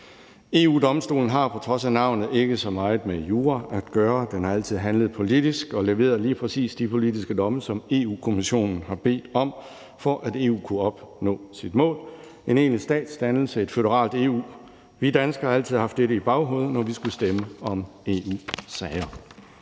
EU-Domstolen har på trods af navnet ikke så meget med jura at gøre; den har altid handlet politisk og leveret lige præcis de politiske domme, som Europa-Kommissionen har bedt om, for at EU kunne opnå sit mål, nemlig en egentlig statsdannelse, et føderalt EU. Vi danskere har altid haft dette i baghovedet, når vi skulle stemme om EU-sager.